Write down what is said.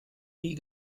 nie